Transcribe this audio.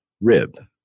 rib